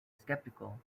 skeptical